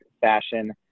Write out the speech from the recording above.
fashion